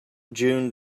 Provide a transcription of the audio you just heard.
june